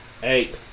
Hey